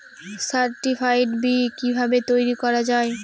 Certified বি কিভাবে তৈরি করা যায়?